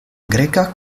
greka